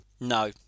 No